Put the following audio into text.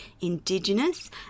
Indigenous